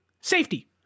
safety